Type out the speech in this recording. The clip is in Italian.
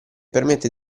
permette